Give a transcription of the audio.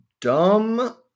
dumb